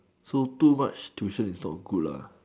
so too much tuition is not good lah